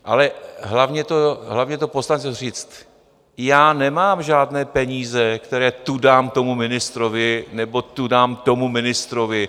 Ale hlavní je to, poslancům říct: já nemám žádné peníze, které tu dám tomu ministrovi nebo tu dám tomu ministrovi.